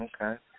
Okay